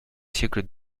siècle